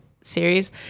series